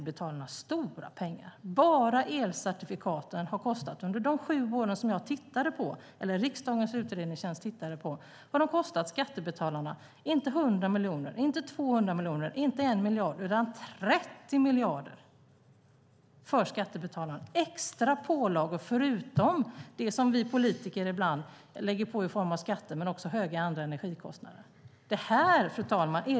Bara elcertifikaten har under de sju år som riksdagens utredningstjänst tittade på kostat skattebetalarna inte 100 miljoner, inte 200 miljoner, inte 1 miljard, utan 30 miljarder i extra pålagor, förutom det som vi politiker ibland lägger på i form av skatter och andra höga energikostnader. Fru talman!